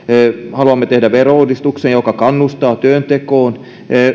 haluamme tehdä verouudistuksen joka kannustaa työntekoon